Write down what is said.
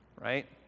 right